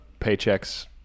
paychecks